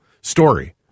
story